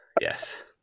yes